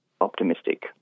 optimistic